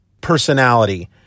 personality